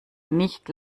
nicht